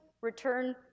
return